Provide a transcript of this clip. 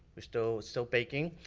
still still baking.